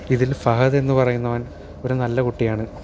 ഇതിൽ ഫഹദ് എന്ന് പറയുന്നവൻ ഒരു നല്ല കുട്ടിയാണ്